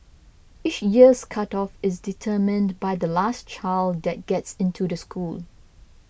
each year's cut off is determined by the last child that gets into the school